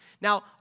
Now